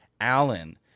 Allen